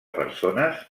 persones